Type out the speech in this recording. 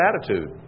attitude